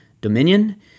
dominion